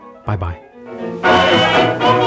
Bye-bye